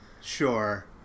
Sure